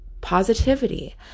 positivity